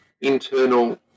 internal